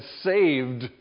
saved